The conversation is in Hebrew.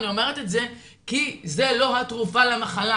אני אומרת את זה כי זה לא התרופה למחלה,